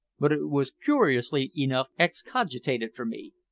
but it was cooriously enough excogitated for me.